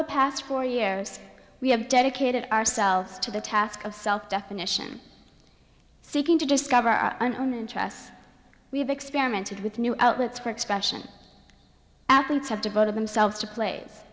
the past four years we have dedicated ourselves to the task of self definition seeking to discover our own interests we have experimented with new outlets for expression athletes have devoted themselves to pla